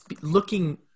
looking –